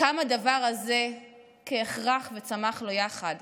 קם הדבר הזה כהכרח וצמח לו יחד.